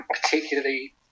particularly